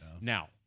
Now